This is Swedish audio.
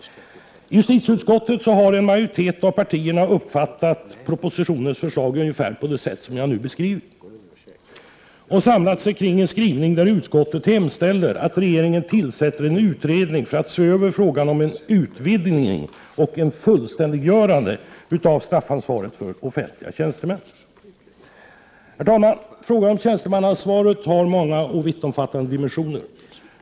En majoritet av partierna i justitieutskottet har uppfattat propositionens förslag ungefär så som jag nu har beskrivit det. Dessa partier har samlat sig kring en skrivning där utskottet hemställer att regeringen skall tillsätta en utredning för att se över frågan om en utvidgning och ett fullständiggörande av straffansvaret för offentliga tjänstemän. Herr talman! Frågan om tjänstemannaansvaret har många och vittomfattande dimensioner.